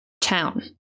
town